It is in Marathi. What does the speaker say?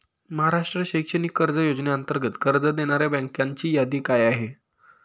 महाराष्ट्र शैक्षणिक कर्ज योजनेअंतर्गत कर्ज देणाऱ्या बँकांची यादी काय आहे?